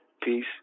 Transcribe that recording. peace